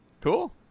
Cool